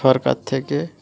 সরকার থেকে